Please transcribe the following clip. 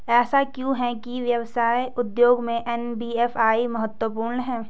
ऐसा क्यों है कि व्यवसाय उद्योग में एन.बी.एफ.आई महत्वपूर्ण है?